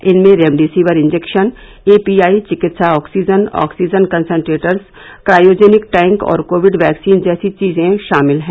इनमें remdesivir injection API चिकित्सा oxygen oxygen concentrators cryogenic tank और कोविड वैक्सीन जैसी चीजें शामिल हैं